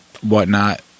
whatnot